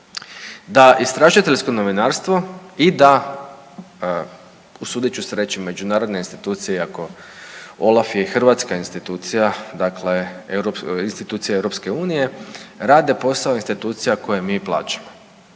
da istražiteljsko novinarstvo i da usudit ću se reći međunarodne institucije iako OLAF je i hrvatska institucija, dakle institucija EU rade posao institucija koje mi plaćamo.